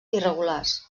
irregulars